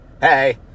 Hey